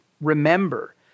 remember